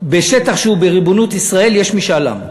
בשטח שהוא בריבונות ישראל יש משאל עם.